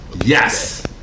yes